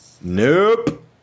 Nope